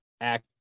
act